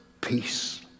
peace